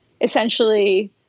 essentially